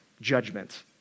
judgment